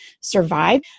survive